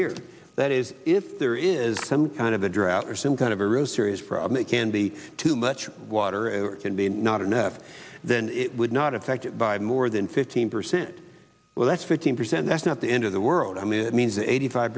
year that is if there is some kind of a drought or some kind of a row serious problem a candy too much water can be not enough then it would not affect it by more than fifteen percent well that's fifteen percent that's not the end of the world i mean it means eighty five